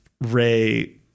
Ray